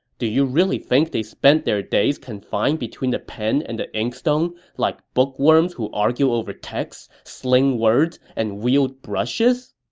do you really think they spent their days confined between the pen and the inkstone like bookworms who argue over texts, sling words, and wield brushes?